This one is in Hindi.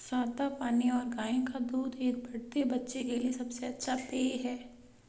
सादा पानी और गाय का दूध एक बढ़ते बच्चे के लिए सबसे अच्छा पेय हैं